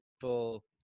people